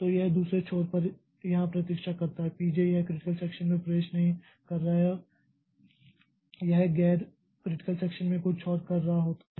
तो यह दूसरे छोर पर यहां प्रतीक्षा करता है P j यह क्रिटिकल सेक्षन में प्रवेश नहीं कर रहा है यह गैर क्रिटिकल सेक्षन में कुछ और कर रहा होता है